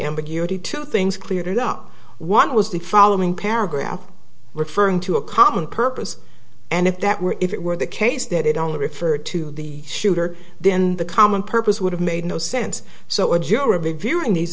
ambiguity two things cleared up one was the following paragraph referring to a common purpose and if that were if it were the case that it only referred to the shooter then the common purpose would have made no sense so a jury of reviewing these